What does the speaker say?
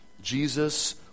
Jesus